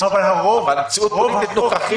אבל רוב החוק --- במציאות הנוכחית.